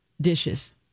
dishes